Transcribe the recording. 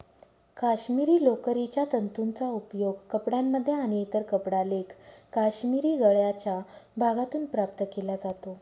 काश्मिरी लोकरीच्या तंतूंचा उपयोग कपड्यांमध्ये आणि इतर कपडा लेख काश्मिरी गळ्याच्या भागातून प्राप्त केला जातो